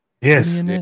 Yes